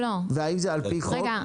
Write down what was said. האם זה על פי חוק?